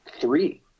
three